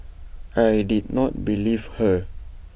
I did not believe her